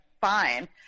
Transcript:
fine